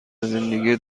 زندگی